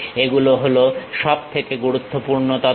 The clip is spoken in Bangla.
এগুলো হলো সব থেকে গুরুত্বপূর্ণ তথ্য